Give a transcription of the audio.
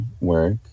work